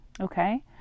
Okay